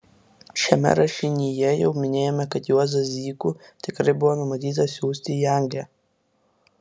šiame rašinyje jau minėjome kad juozą zykų tikrai buvo numatyta siųsti į angliją